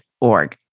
org